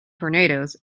tornadoes